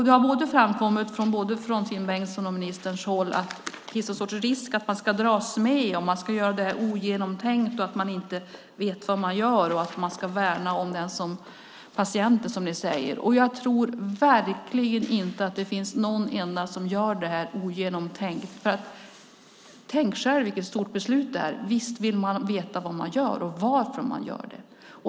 Det har framkommit från både Finn Bengtssons och ministerns håll att det finns något slags risk för att man skulle dras med och göra detta ogenomtänkt, att man inte skulle veta vad man gör och att man ska värna om patienten. Jag tror verkligen inte att det finns någon enda som gör detta ogenomtänkt. Tänk själv vilket stort beslut det är! Visst vill man veta vad man gör och varför.